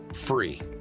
free